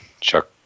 Chuck